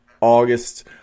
August